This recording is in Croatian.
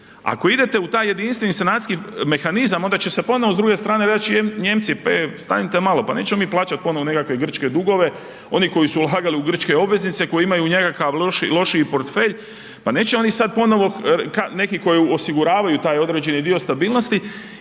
Ako idete u taj Jedinstveni sanacijski mehanizam, onda će se ponovno s druge strane reći Nijemci, e, stanite malo, pa nećemo mi plaćati ponovno nekakve grčke dugove, oni koji su ulagali u grčke obveznice, koji imaju nekakav lošiji portfelj, pa neće oni sad ponovo, neki koji osiguravaju taj određeni dio stabilnosti